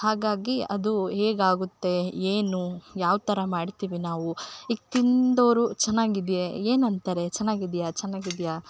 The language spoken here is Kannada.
ಹಾಗಾಗಿ ಅದು ಹೇಗಾಗುತ್ತೆ ಏನು ಯಾವ ಥರ ಮಾಡ್ತೀವಿ ನಾವು ಈಗ ತಿಂದವರು ಚೆನ್ನಾಗಿದೆಯ ಏನಂತಾರೆ ಚೆನ್ನಗಿದ್ಯಾ ಚೆನ್ನಗಿದ್ಯಾ